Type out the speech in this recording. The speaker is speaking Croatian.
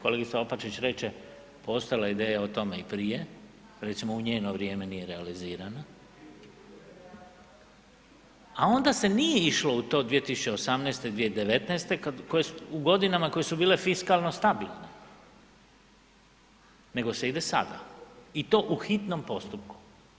Kolegica Opačić reče postojala je ideja o tome i prije, recimo u njeno vrijeme nije realizirano, a onda se nije išlo u to 2018., 2019. u godinama koje su bile fiskalno stabilne nego se ide sada i to u hitnom postupku.